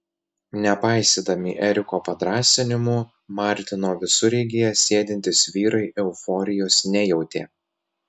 nepaisydami eriko padrąsinimų martino visureigyje sėdintys vyrai euforijos nejautė